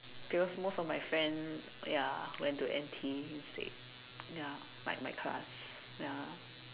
because most of my friends ya when to N_T instead ya like my class ya